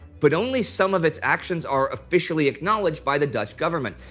but only some of its actions are officially acknowledged by the dutch government,